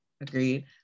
Agreed